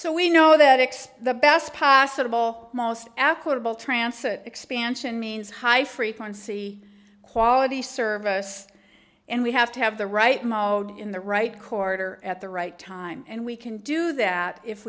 so we know that expect the best possible most equitable trance an expansion means high frequency quality service and we have to have the right model in the right quarter at the right time and we can do that if